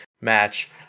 match